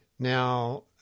Now